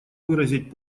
выразить